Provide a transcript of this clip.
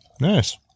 Nice